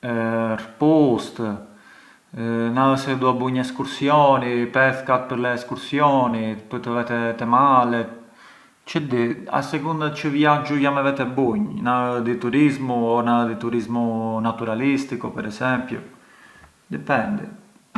këpucët, na ë se do bunj l’escursioni, pethkat pë l’escursioni, pë‘ të vete te malet, çë di a sicunda di çë viaxhu me vete bunj, na ë di turismu, na ë di turismu naturalisticu per esempiu, dipendi.